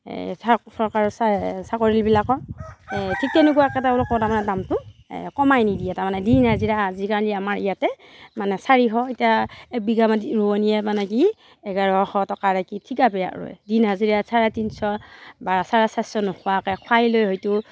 চৰকাৰৰ চাকৰিয়ালবিলাকৰ এই ঠিক তেনেকুৱাকৈ তেওঁলোকেও তাৰ মানে দামটো কমাই নিদিয়ে তাৰ মানে দিন হাজিৰা আজিকালি আমাৰ ইয়াতে মানে চাৰিশ এতিয়া এবিঘা মাটি ৰোৱনীয়ে মানে কি এঘাৰশ টকাৰে কি ঠিকাকৈ ৰোৱে দিন হাজিৰা চাৰে তিনিশ বা চাৰে চাৰিশ নোখোৱাকৈ খাই লৈ হয়তো